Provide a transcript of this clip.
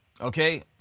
Okay